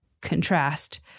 contrast